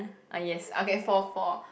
ah yes okay for for